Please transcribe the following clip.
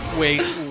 Wait